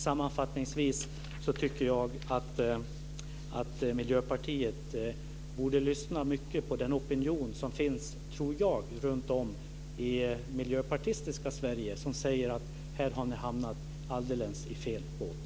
Sammanfattningsvis tycker jag att Miljöpartiet borde lyssna mycket på den opinion som jag tror finns runt om i det miljöpartistiska Sverige och som säger: Här har ni hamnat i alldeles fel båt.